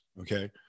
okay